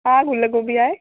हा गुल गोभी आहे